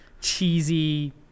cheesy